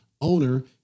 owner